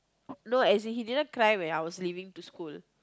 no as in he didn't cry when I was leaving to school